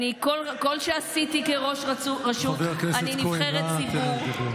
כל שעשיתי כראש רשות, חבר הכנסת כהן, תן לה לדבר.